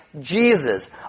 Jesus